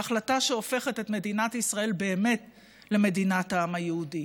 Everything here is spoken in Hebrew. ההחלטה שהופכת את מדינת ישראל באמת למדינת העם היהודי.